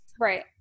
right